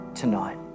tonight